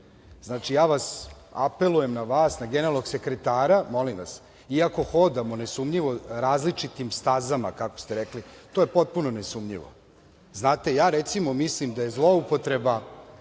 Republika. Apelujem na vas, na generalnog sekretara, molim vas, iako hodamo, nesumnjivo, različitim stazama, kako ste rekli, to je potpuno nesumnjivo. Znate, ja recimo mislim da je zloupotreba,